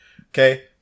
Okay